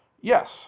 Yes